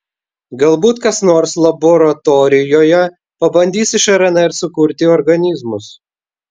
galbūt kas nors laboratorijoje pabandys iš rnr sukurti organizmus